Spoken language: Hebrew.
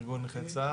ארגון נכי צה"ל,